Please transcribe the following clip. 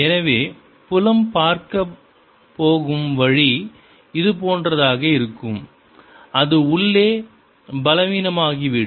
எனவே புலம் பார்க்கப் போகும் வழி இதுபோன்றதாக இருக்கும் அது உள்ளே பலவீனமாகிவிடும்